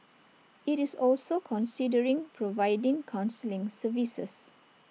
it's also considering providing counselling services